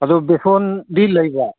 ꯑꯗꯨ ꯕꯦꯁꯣꯟꯗꯤ ꯂꯩꯕ꯭ꯔꯥ